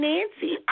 Nancy